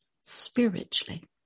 spiritually